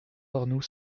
arnoux